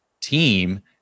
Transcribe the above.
team